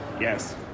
Yes